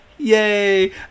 Yay